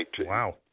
Wow